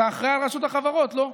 אתה אחראי על רשות החברות, לא?